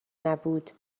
نبود